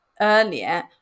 earlier